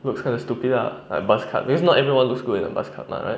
looks kind of stupid ah like buzz cut because not everyone looks good in a buzz cut mah right